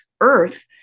Earth